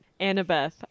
Annabeth